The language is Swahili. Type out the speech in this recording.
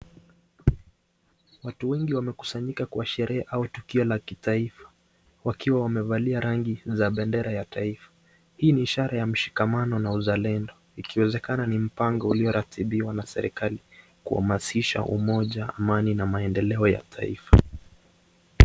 Watu wengi wamekusanyika kwa sherehe au tukio la kitaifa, wakiwa wamevalia rangi za bendera ya taifa hii ni ishara ya mshikamano na uzalendo inawezekana ni mpango ulioratibiwa na serikali kuhamasisha umoja ,amani na maendeleo ya taifa.